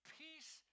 peace